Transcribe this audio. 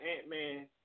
Ant-Man